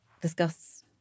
discuss